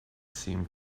seemed